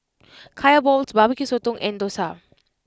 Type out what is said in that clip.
Kaya Balls Barbecue Sotong and Dosa